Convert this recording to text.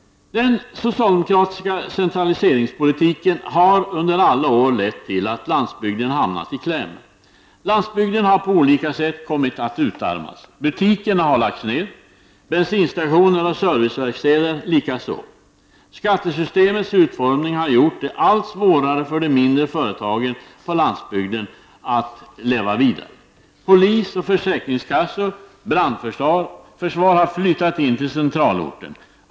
Den socialdemokratiska centraliseringspolitiken har under alla år lett till att landsbygden hamnat i kläm. Landsbygden har på olika sätt kommit att utarmas. Butikerna har lagts ned, bensinstationer och serviceverkstäder likaså. Skattesystemets utformning har gjort det allt svårare för de mindre företagen på landsbygden att leva vidare. Polis, försäkringskassor och brandförsvar har flyttat in till centralorten.